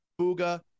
Booga